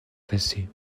passer